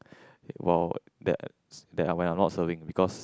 while that than I'm not serving because